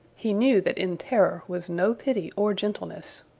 he knew that in terror was no pity or gentleness.